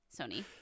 sony